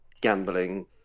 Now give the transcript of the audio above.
gambling